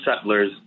settlers